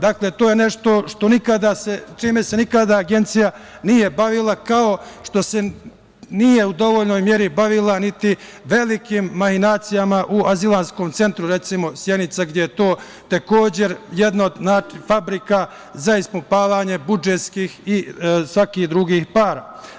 Dakle, to je nešto čime se nikada Agencija nije bavila, kao što nije u dovoljnoj meri bavila niti velikim mahinacijama u azilantskom centru, recimo Sjenica, gde je to takođe jedna od fabrika za ispumpavanje budžetskih i svakih drugih para.